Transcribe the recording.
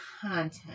content